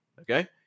Okay